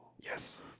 yes